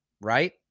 Right